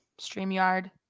StreamYard